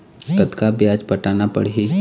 कतका ब्याज पटाना पड़ही?